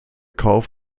kauf